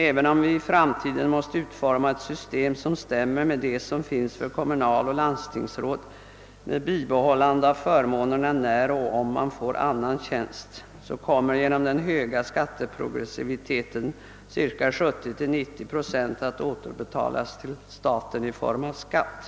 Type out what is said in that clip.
Även om vi i framtiden måste utforma ett system som stämmer med det som gäller för kommunaloch landstingsråd, med bibehållande av förmånerna när och om en riksdagsman får annan tjänst, kommer på grund av skatteprogressiviteten 70—90 procent att återbetalas till staten i form av skatt.